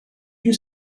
you